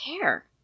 care